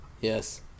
Yes